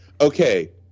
Okay